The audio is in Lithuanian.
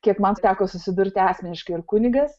kiek man teko susidurti asmeniškai ir kunigas